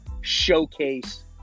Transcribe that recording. showcase